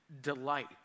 delight